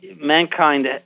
Mankind